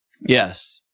Yes